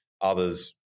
others